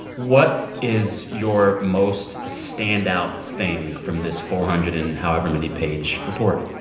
what is your most standout thing from this four hundred and however many page report?